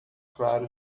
claro